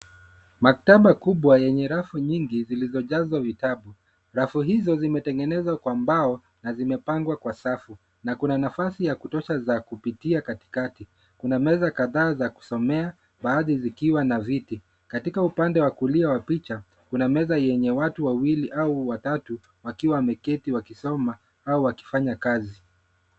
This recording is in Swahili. Maktaba kubwa yenye rafu nyingi zilizojazwa vitabu. Rafu hizo zimetengenezwa kwa mbao na zimepangwa kwa safu na kuna nafasi ya kutosha za kupitia katikati. Kuna meza kadhaa za kusomea baadhi zikiwa na viti. Katika upande wa kulia wa picha kuna meza yenye watu wawili au watatu wakiwa wameketi wakisoma au wakifanya kazi.